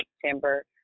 September